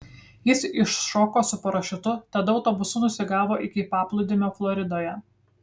jis iššoko su parašiutu tada autobusu nusigavo iki paplūdimio floridoje